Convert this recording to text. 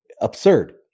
absurd